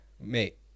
mate